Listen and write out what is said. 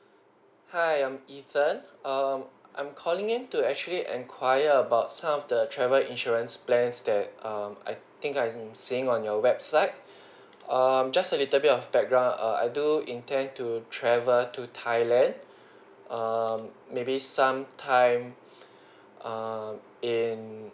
hi I'm ethan um I'm calling in to actually enquire about some of the travel insurance plans that um I think I am seeing on your website um just a little bit of background err I do intend to travel to thailand um maybe some time um in